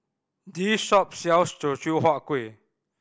this shop sells Teochew Huat Kueh